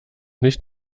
nicht